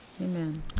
Amen